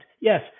Yes